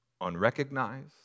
unrecognized